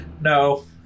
No